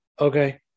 Okay